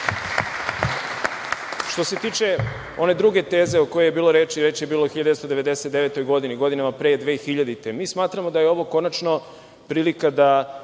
SPS.Što se tiče one druge teze o kojoj je bilo reči, reč je bila o 1999. godini, godinama pre 2000. godine, mi smatramo da je ovo konačno prilika da